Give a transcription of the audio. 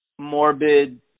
morbid